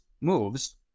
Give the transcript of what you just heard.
Moves